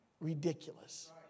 ridiculous